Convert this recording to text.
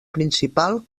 principal